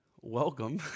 Welcome